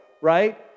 right